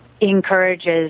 encourages